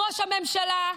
ראש הממשלה,